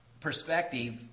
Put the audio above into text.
perspective